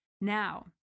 Now